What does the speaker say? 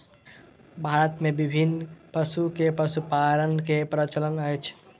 भारत मे विभिन्न पशु के पशुपालन के प्रचलन अछि